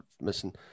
missing –